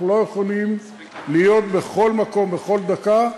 אנחנו לא יכולים להיות בכל מקום בכל דקה,